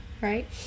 right